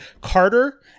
Carter